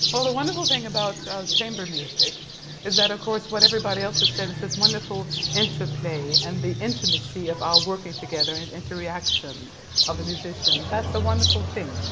well the wonderful thing about chamber music is that of course what everybody else has said it's this wonderful interplay and the intimacy of our working together and interaction of the musicians that's a wonderful thing.